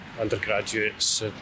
undergraduates